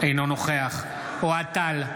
אינו נוכח אוהד טל,